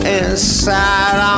inside